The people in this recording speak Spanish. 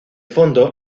fondo